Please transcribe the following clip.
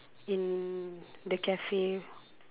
in the cafe